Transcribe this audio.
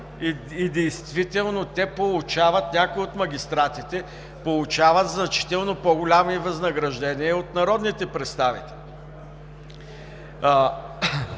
И действително те получават. Някои от магистратите получават значително по-големи възнаграждения от народните представители.